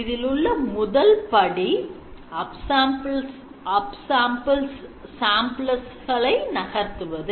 இதிலுள்ள முதல் படி upsamplers களை நகர்த்துவது